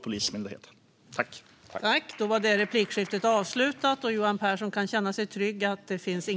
Polismyndigheten får pengar.